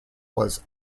was